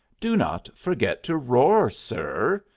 do not forget to roar, sir,